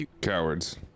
Cowards